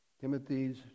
Timothy's